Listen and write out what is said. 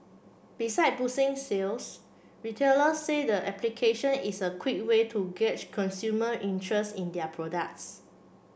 besides boosting sales retailers say the application is a quick way to gauge consumer interest in their products